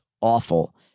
awful